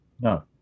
No